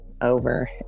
over